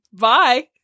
Bye